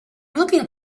looking